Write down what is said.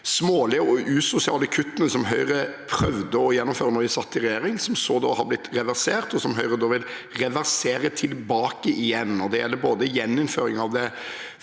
smålige og usosiale kuttene som Høyre prøvde å gjennomføre da de satt i regjering, som så har blitt reversert, og som Høyre nå vil reversere tilbake igjen. Det gjelder både gjeninnføring av det